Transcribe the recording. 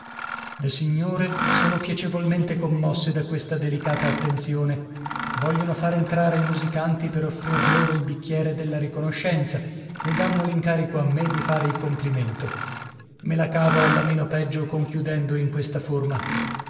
le signore sono piacevolmente commosse da questa delicata attenzione vogliono far entrare i musicanti per offrir loro il bicchiere della riconoscenza e dànno l'incarico a me di fare il complimento me la cavo alla meno peggio conchiudendo in questa forma